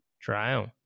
trial